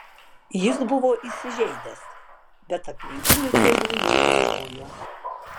jis buvo įsižeidęs bet aplinkinių kelių neieškojo